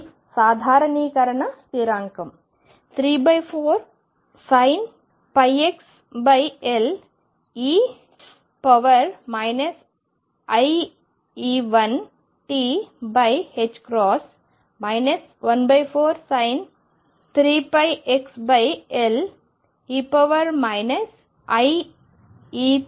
ఇది సాధారణీకరణ స్థిరాంకం 34sin πxL e iE1t 14sin 3πxL e iE3t